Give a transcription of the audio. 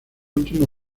último